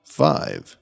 five